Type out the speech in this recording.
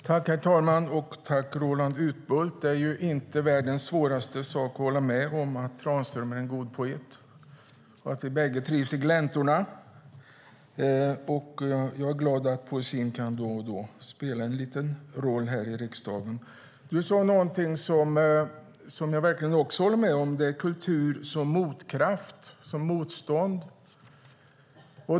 Herr talman! Tack, Roland Utbult! Det är ju inte svårt att hålla med om att Tranströmer är en god poet, och vi trivs båda i gläntorna. Jag är glad över att poesin då och då kan spela en roll här i riksdagen. Du sade något som jag också håller med om. Du talade nämligen om kultur som motkraft och motstånd.